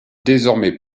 désormais